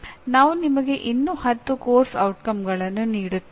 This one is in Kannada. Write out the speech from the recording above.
ನಾವು ನಿಮಗೆ ಇನ್ನೂ 10 ಪಠ್ಯಕ್ರಮದ ಪರಿಣಾಮಗಳನ್ನು ನೀಡುತ್ತೇವೆ